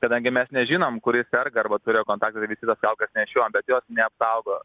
kadangi mes nežinom kuris serga arba turėjo kontaktą tai ir visi tas kaukes nešiojam bet jos neapsaugo